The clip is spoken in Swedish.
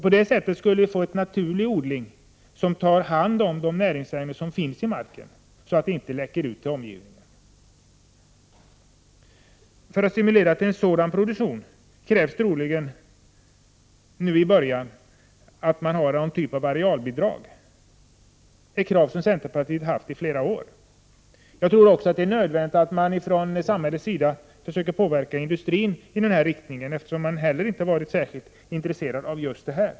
På det sättet skulle vi få en naturlig odling, varigenom näringsämnena i marken tas om hand, så att de inte läcker ut till omgivningen. För att stimulera till en sådan produktion krävs nu i början troligen att det utgår arealbidrag, ett krav som centerpartiet ställt i flera år. Jag tror också att det är nödvändigt att man från samhällets sida försöker påverka industrin i denna riktning, eftersom den inte varit särskilt intresserad av just detta.